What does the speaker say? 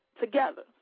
together